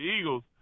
Eagles